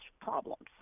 problems